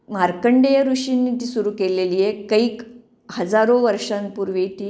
मार्कंडेय ऋषिंनीजी सुरू केलेली आहे कैक हजारो वर्षांपूर्वी ती